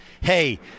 hey